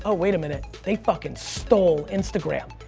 ah wait a minute. they fucking stole instagram.